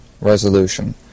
resolution